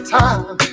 time